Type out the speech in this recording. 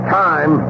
time